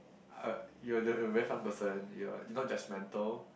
uh you're you're very fun person you are you not judgemental